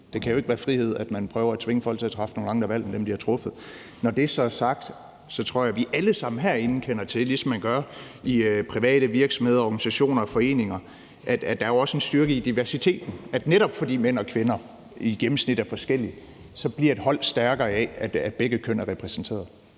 Det kan jeg ikke være frihed, at man prøver at tvinge folk til at træffe nogle andre valg end dem, de har truffet. Når det så er sagt, tror jeg, at vi alle sammen herinde kender til – ligesom man gør i private virksomheder, organisationer og foreninger – at der jo også er en styrke i diversiteten; at netop fordi mænd og kvinder i gennemsnit er forskellige, bliver et hold stærkere af, at begge køn er repræsenteret.